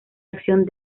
acción